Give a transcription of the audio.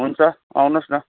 हुन्छ आउनुहोस् न